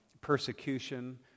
persecution